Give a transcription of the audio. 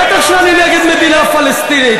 בטח שאני נגד מדינה פלסטינית.